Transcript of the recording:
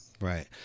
Right